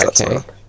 Okay